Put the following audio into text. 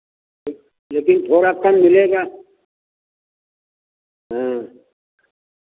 लेकिन थोड़ा कम मिलेगा हाँ